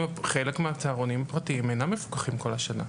הצהרונים חלק מהצהרונים הפרטיים אינם מפוקחים כל השנה.